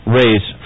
raise